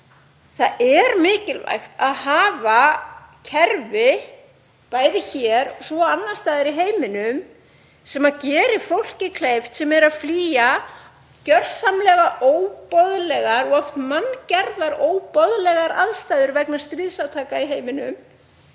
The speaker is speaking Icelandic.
Það er mikilvægt að hafa kerfi, bæði hér og svo annars staðar í heiminum, sem gerir fólki, sem er að flýja gjörsamlega óboðlegar og oft manngerðar óboðlegar aðstæður vegna stríðsátaka í heiminum,